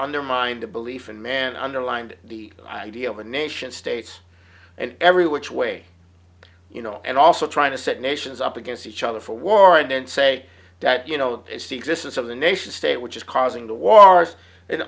their mind a belief in man underlined the idea of a nation states and every which way you know and also trying to set nations up against each other for war and then say that you know it's the existence of the nation state which is causing the war